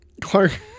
Clark